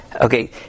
Okay